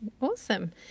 Awesome